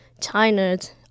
China's